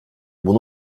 bunu